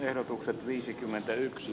ehdotukset viisikymmentäyksi